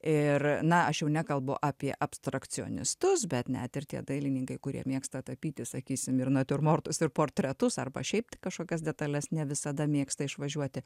ir na aš jau nekalbu apie abstrakcionistus bet net ir tie dailininkai kurie mėgsta tapyti sakysim ir natiurmortus ir portretus arba šiaip kažkokias detales ne visada mėgsta išvažiuoti